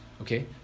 okay